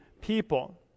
people